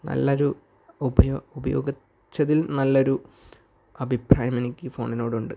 നല്ലൊരു ഉപയോ ഉപയോഗിച്ചതിൽ നല്ല ഒരു അഭിപ്രായം എനിക്ക് ഈ ഫോണിനോട് ഉണ്ട്